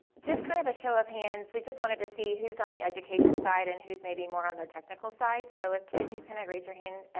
just kind of a show of hands, we just wanted to see who's on the education side and who's maybe on the technical side, so ah can you kind of raise your hand,